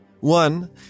One